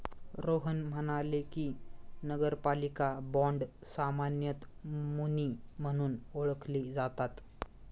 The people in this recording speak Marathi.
रोहन म्हणाले की, नगरपालिका बाँड सामान्यतः मुनी म्हणून ओळखले जातात